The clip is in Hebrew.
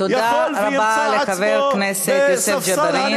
תודה רבה לחבר הכנסת יוסף ג'בארין.